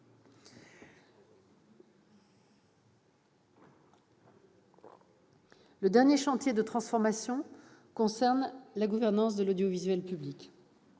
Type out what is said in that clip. Le dernier chantier de transformation concerne la gouvernance de l'audiovisuel public.